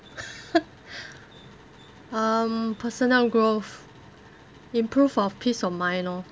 um personal growth improve of peace of mind lor